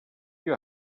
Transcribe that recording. you